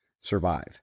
survive